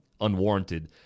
unwarranted